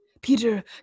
Peter